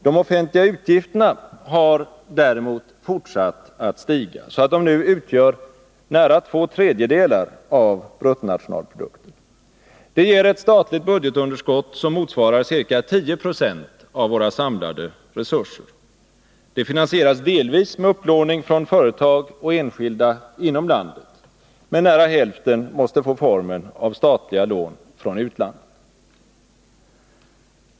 De offentliga utgifterna har däremot fortsatt att stiga, så att de nu utgör nära två tredjedelar av bruttonationalprodukten. Det ger ett statligt budgetunderskott som motsvarar ca 10 920 av våra samlade resurser. Det finansieras delvis med upplåning från företag och enskilda inom landet. Men nära hälften måste få formen av statliga lån från utlandet.